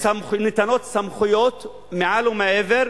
סמכויות מעל ומעבר,